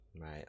right